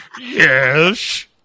Yes